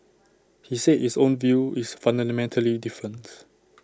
he said his own view is fundamentally different